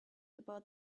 about